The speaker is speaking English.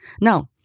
Now